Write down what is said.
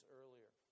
earlier